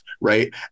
right